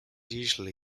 usually